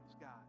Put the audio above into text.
God